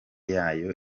yayo